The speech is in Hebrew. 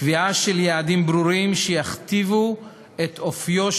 קביעה של יעדים ברורים שיכתיבו את האופי של